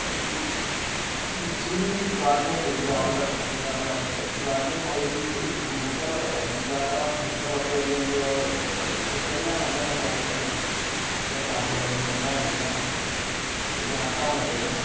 जी gardening yard जां terrace gardening मतलब जी बहूटे बाह्टे ज्यादातर अस बहूटे बाह्टे जेह्ड़े न ओह् खेत्तरें च गै लान्ने होन्ने बाड़ी छाड़ी जियां कनक लगदी मक्कां लगदियां ते जां धान लगदे न